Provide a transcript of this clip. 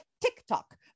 TikTok